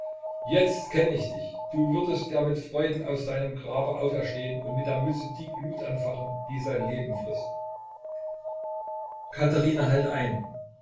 jetzt kenn ich dich du würdest ja mit freuden aus deinem grabe auferstehn und mit der mütze die glut anfachen die sein leben frißt katherina halt ein